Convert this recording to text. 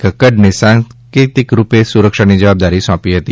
કક્કડને સાંકેતિકરૂપે સુરક્ષાની જવાબદારી સોંપી હતી